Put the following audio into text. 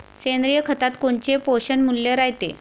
सेंद्रिय खतात कोनचे पोषनमूल्य रायते?